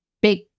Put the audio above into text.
big